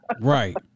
Right